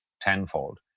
tenfold